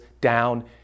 down